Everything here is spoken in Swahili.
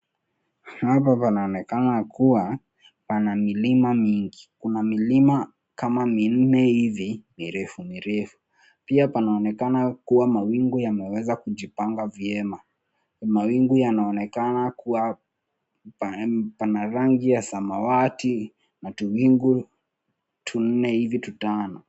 Hapa panaonekana kubwa pana milima mingi. Kuna milima kama minne hivi mirefu mirefu. Pia panaonekana kuwa mawingu yameweza kujipanga vyema. Mawingu yanaonekana kuwa pana rangi ya samawati na tuwingu tunne hivi tutano.